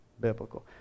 biblical